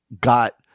got